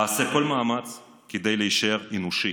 אעשה כל מאמץ כדי להישאר אנושי